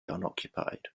unoccupied